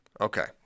Okay